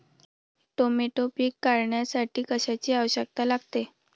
Tomato पीक काढण्यासाठी कशाची आवश्यकता लागते?